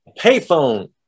Payphone